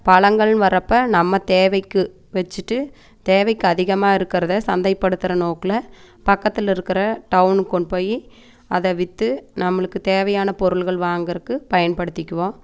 பழங்கள்னு வர்றப்போ நம்ம தேவைக்கு வச்சிகிட்டு தேவைக்கு அதிகமாக இருக்கிறத சந்தைப்படுத்துகிற நோக்கில் பக்கத்தில் இருக்கிற டவுனுக்கு கொண்டுபோயி அதை விற்று நம்மளுக்கு தேவையான பொருட்கள் வாங்குறதுக்கு பயன்படுத்திக்குவோம்